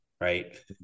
right